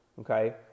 Okay